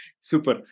super